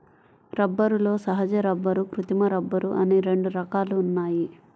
రబ్బరులో సహజ రబ్బరు, కృత్రిమ రబ్బరు అని రెండు రకాలు ఉన్నాయి